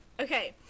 Okay